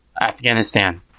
Afghanistan